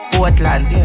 Portland